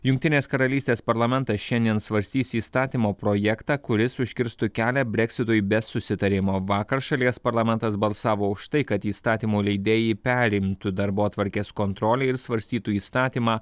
jungtinės karalystės parlamentas šiandien svarstys įstatymo projektą kuris užkirstų kelią breksitui be susitarimo vakar šalies parlamentas balsavo už tai kad įstatymų leidėjai perimtų darbotvarkės kontrolę ir svarstytų įstatymą